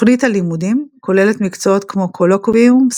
תוכנית הלימודים כוללת מקצועות כמו קולקוויום,